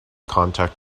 contact